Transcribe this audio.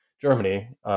Germany